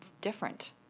different